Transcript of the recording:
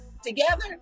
Together